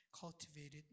cultivated